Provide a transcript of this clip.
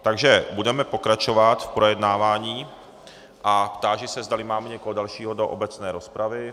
Takže budeme pokračovat v projednávání a táži se, zdali máme někoho dalšího do obecné rozpravy.